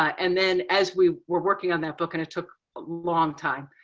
and then as we were working on that book and it took a long time,